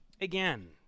again